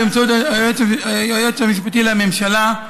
באמצעות היועץ המשפטי לממשלה,